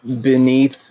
beneath